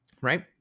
right